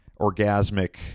orgasmic